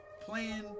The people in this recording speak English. playing